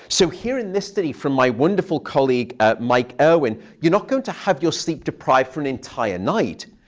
so here in this study from my wonderful colleague ah mike irwin, you're not going to have your sleep deprived for an entire night.